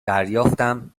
دریافتم